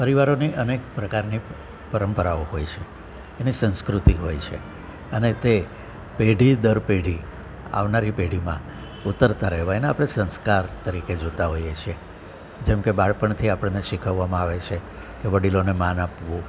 પરિવારોની અનેક પ્રકારની પરંપરાઓ હોય છે એને સંસ્કૃતિ હોય છે અને તે પેઢી દર પેઢી આવનારી પેઢીમાં ઉતરતા રહેવાય એને આપણે સંસ્કાર તરીકે જોતા હોઈએ છીએ જેમ કે બાળપણથી આપણને શીખવવામાં આવે છે કે વડીલોને માન આપવું